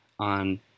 on